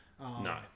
no